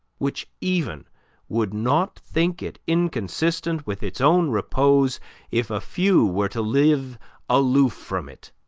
which even would not think it inconsistent with its own repose if a few were to live aloof from it,